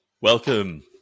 Welcome